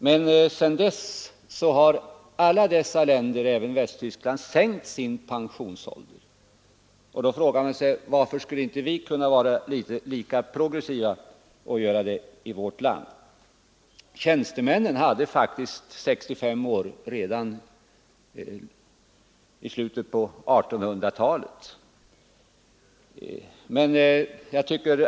Men sedan dess har alla dessa länder, även Västtyskland, sänkt sin pensionsålder. Då frågar man sig: Varför skulle inte vi här i landet kunna vara lika progressiva? Tjänstemännen pensionerades faktiskt vid 65 års ålder redan i slutet av 1800-talet.